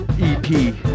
EP